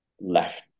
left